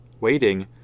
Waiting